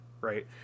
right